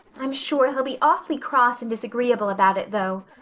i'm sure he'll be awfully cross and disagreeable about it, though,